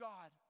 God